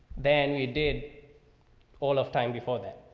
then you did all of time before that,